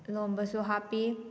ꯂꯣꯝꯕꯁꯨ ꯍꯥꯞꯄꯤ